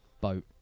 boat